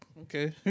okay